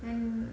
and